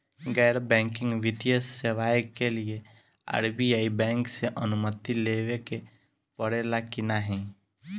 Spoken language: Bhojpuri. गैर बैंकिंग वित्तीय सेवाएं के लिए आर.बी.आई बैंक से अनुमती लेवे के पड़े ला की नाहीं?